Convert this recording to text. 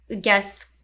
guess